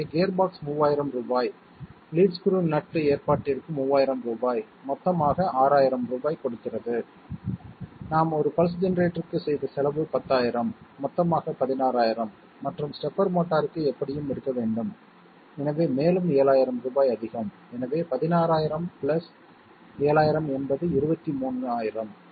இங்கே கியர்பாக்ஸ் 3000 ரூபாய் lead screw nut ஏற்பாட்டிற்கு 3000 ரூபாய் மொத்தமாக 6000 ரூபாய் கொடுக்கிறது நாம் ஒரு பல்ஸ் ஜெனரேட்டருக்குச் செய்த செலவு 10000 மொத்தமாக 16000 மற்றும் ஸ்டெப்பர் மோட்டாருக்கு எப்படியும் எடுக்க வேண்டும் எனவே மேலும் 7000 ரூபாய் அதிகம் எனவே 160000 7000 என்பது 23000 ஆகும்